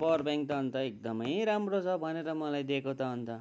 power bank त अन्त एकदमै राम्रो छ भनेर मलाई दिएको त अन्त